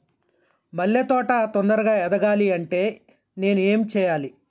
మల్లె తోట తొందరగా ఎదగాలి అంటే నేను ఏం చేయాలి?